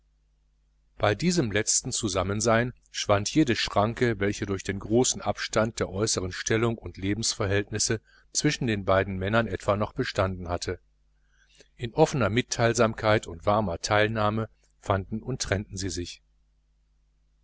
bei diesem letzten zusammensein schwand jede schranke welche durch den großen abstand der äußeren stellung und lebensverhältnisse zwischen den beiden männern etwa noch bestanden hatte in offener mitteilsamkeit und warmer teilnahme fanden und trennten sie sich